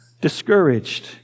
discouraged